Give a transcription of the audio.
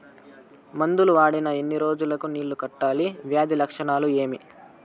మందులు వాడిన ఎన్ని రోజులు కు నీళ్ళు కట్టాలి, వ్యాధి లక్షణాలు ఏమి?